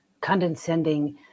condescending